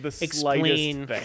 explain